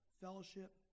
fellowship